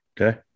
Okay